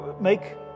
make